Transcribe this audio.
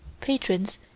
patrons